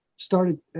started